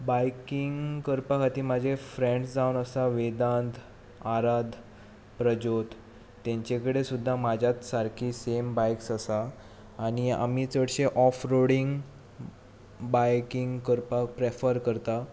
biking करपा खातीर म्हजे फ्रेंड्स जावन आसात वेदांत आराद प्रज्योत तांचे कडेन सुद्दां म्हज्याच सारकी सेम बायक्स आसा आनी आमी चडशे ऑफ रोडींग बायकींग करपाक प्रॅफर करता